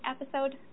episode